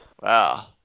Wow